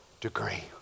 degree